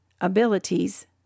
abilities